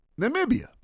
Namibia